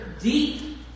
deep